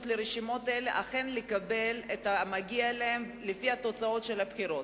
לרשימות האלה אכן לקבל את המגיע להן לפי התוצאות של הבחירות.